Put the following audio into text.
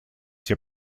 все